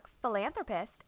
philanthropist